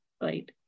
right